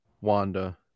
Wanda